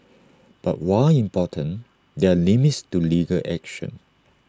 but while important there are limits to legal action